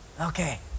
Okay